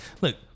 look